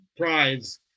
prize